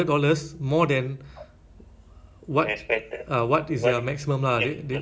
I mean if the pay is worse than your present job then